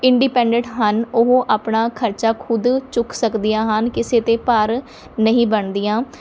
independent ਹਨ ਉਹ ਆਪਣਾ ਖ਼ਰਚਾ ਖੁਦ ਚੁੱਕ ਸਕਦੀਆਂ ਹਨ ਕਿਸੇ 'ਤੇ ਭਾਰ ਨਹੀਂ ਬਣਦੀਆਂ